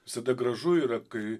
visada gražu yra kai